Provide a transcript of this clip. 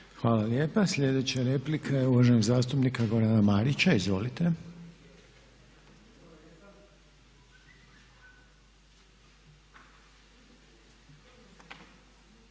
Hvala lijepa. Slijedeća replika je uvaženog zastupnika Željka Jovanovića. Izvolite.